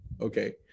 okay